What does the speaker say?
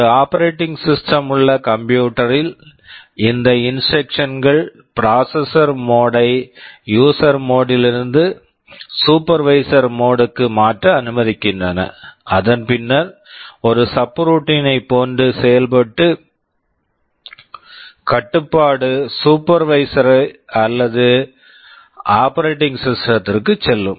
ஒரு operating system operating system உள்ள computer computer ல் இந்த இன்ஸ்ட்ரக்க்ஷன்ஸ் instructions கள் ப்ராசஸர் மோட் processor mode ஐ யூஸர் மோட் user mode லிருந்து சூப்பர்வைஸரி supervisory மோட் mode க்கு மாற்ற அனுமதிக்கின்றன அதன் பின்னர் ஒரு சப்ரூட்டீன் subroutine ஐ போன்று செயல்பட்டு கட்டுப்பாடு சூப்பர்வைஸர் supervisor அல்லது ஆபரேடிங் சிஸ்டம் operating system த்திற்குச் செல்லும்